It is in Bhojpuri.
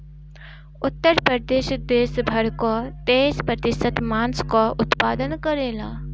उत्तर प्रदेश देस भर कअ तेईस प्रतिशत मांस कअ उत्पादन करेला